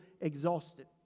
exhausted